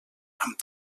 amb